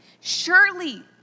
Surely